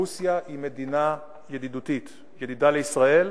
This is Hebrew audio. רוסיה היא מדינה ידידותית, ידידה לישראל.